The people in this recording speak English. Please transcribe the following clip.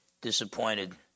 disappointed